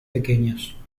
pequeños